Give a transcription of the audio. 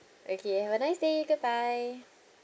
okay have a nice day goodbye